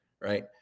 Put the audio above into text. right